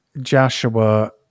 Joshua